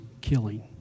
killing